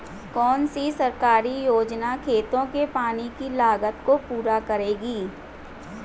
कौन सी सरकारी योजना खेतों के पानी की लागत को पूरा करेगी?